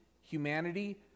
humanity